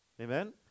Amen